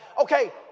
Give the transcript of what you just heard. Okay